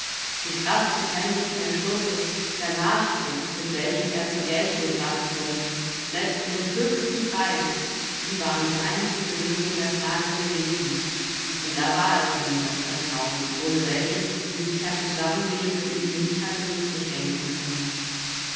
die kraft des männlichen entschlusses der nachdruck mit welchem er zur geltung gebracht wurde selbst um den höchsten preis sie waren die einzige lösung der frage gewesen und da war es nun das vertrauen ohne welches sie sich ein zusammenleben mit ihm nicht hatte möglich denken können